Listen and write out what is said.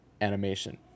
animation